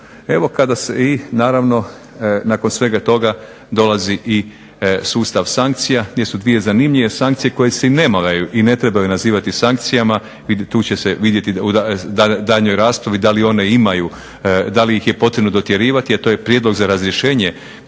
zakonom. I naravno nakon svega toga dolazi i sustav sankcija gdje su dvije zanimljive sankcije koje se i ne moraju i ne trebaju nazivati sankcijama. I tu će se vidjeti u daljnjoj raspravi da li one imaju, da li ih je potrebno dotjerivati. Jer to je prijedlog za razrješenje